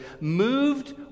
Moved